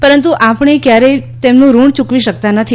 પરંતુ આપણે કયારેય તેનું ઋણ યુકવી શકતા નથી